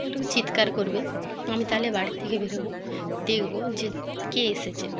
ও একটু চিৎকার করবে আমি তাহলে বাড়ি থেকে বেরবো দেখবো যে কে এসেছে